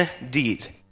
indeed